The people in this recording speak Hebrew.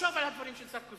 לחשוב על הדברים של סרקוזי.